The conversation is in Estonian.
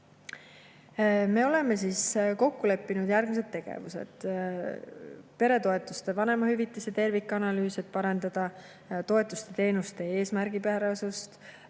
Me oleme kokku leppinud järgmised tegevused. Peretoetuste ja vanemahüvitise tervikanalüüs, et parandada toetuste ja teenuste eesmärgipärasust.